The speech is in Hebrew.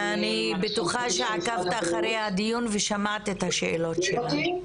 אני בטוחה שעקבת אחרי הדיון ושמעת את השאלות שלנו.